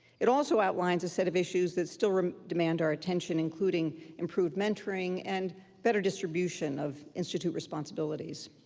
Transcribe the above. it also outlines a set of issues that still demand our attention, including improved mentoring and better distribution of institute responsibilities.